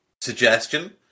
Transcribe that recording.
suggestion